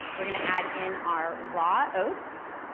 we're gonna add in our raw oats,